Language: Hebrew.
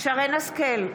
שרן מרים השכל,